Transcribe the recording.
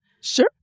Sure